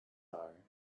are